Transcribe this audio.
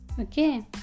Okay